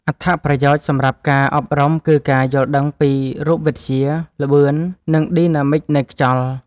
អត្ថប្រយោជន៍សម្រាប់ការអប់រំគឺការយល់ដឹងពី រូបវិទ្យា ល្បឿន និងឌីណាមិកនៃខ្យល់។